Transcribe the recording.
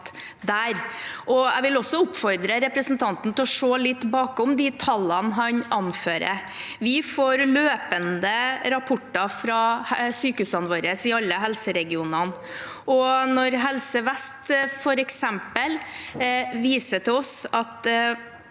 Jeg vil også oppfordre representanten til å se litt bakom de tallene han anfører. Vi får løpende rapporter fra sykehusene våre i alle helseregionene, og når f.eks. Helse Vest viser oss at